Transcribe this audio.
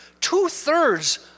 Two-thirds